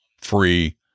free